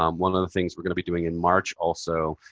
um one of the things we're going to be doing in march, also,